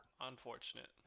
Unfortunate